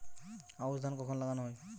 আউশ ধান কখন লাগানো হয়?